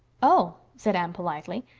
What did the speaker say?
oh! said anne politely.